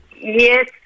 Yes